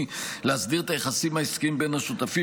להסדיר את היחסים העסקיים בין השותפים,